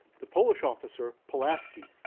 the polish officer, pulaski,